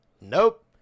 nope